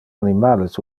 animales